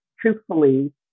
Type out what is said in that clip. truthfully